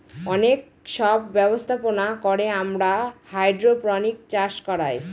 অনেক সব ব্যবস্থাপনা করে আমরা হাইড্রোপনিক্স চাষ করায়